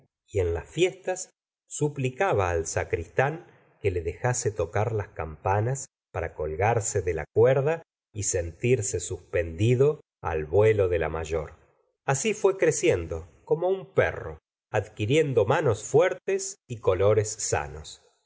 y en las fiestas suplicaba al sacristán que le dejase tocar las campanas para colgarse de la cuerda y sentirse suspendido al vuelo de la mayor así fué creciendo como un perro adquiriendo manos fuertes y colores sanos